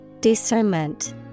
Discernment